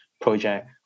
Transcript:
project